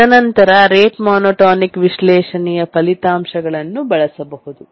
ತದನಂತರ rate monotonic ವಿಶ್ಲೇಷಣೆಯ ಫಲಿತಾಂಶಗಳನ್ನು ಬಳಸಬಹುದು